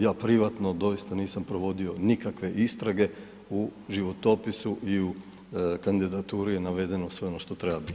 Ja privatno doista nisam provodio nikakve istrage u životopisu i u kandidaturi je navedeno sve ono što treba biti.